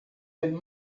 den